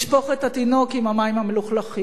לשפוך את התינוק עם המים המלוכלכים.